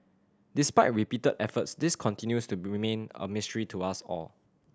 despite repeated efforts this continues to remain a mystery to us all